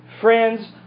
friends